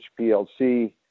HPLC